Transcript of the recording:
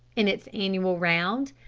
in its annual round,